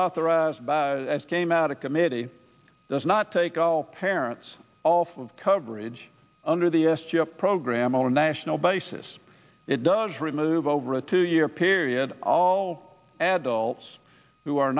authorized as came out of committee does not take all parents all full coverage under the s chip program on a national basis it does remove over a two year period all adults who are